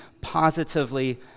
positively